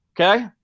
okay